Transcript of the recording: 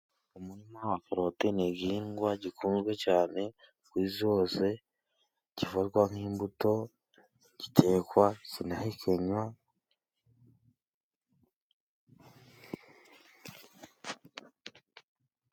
Umurima wa karoti ni igihingwa gikunzwe cane ku isi hose kivugwa nk'imbuto gitekwa, kinahekenwa...